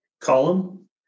column